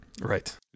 Right